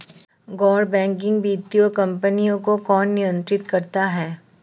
गैर बैंकिंग वित्तीय कंपनियों को कौन नियंत्रित करता है?